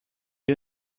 you